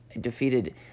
defeated